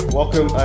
welcome